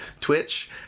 Twitch